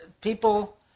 people